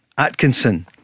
Atkinson